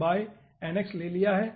तो हमने यहाँ lx बाई nx ले लिया है